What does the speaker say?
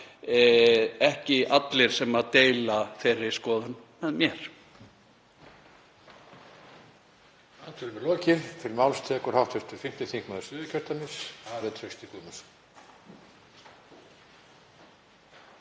ekki allir sem deila þeirri skoðun með mér.